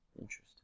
Interesting